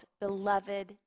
beloved